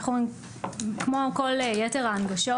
איך אומרים כמו כל יתר ההנגשות,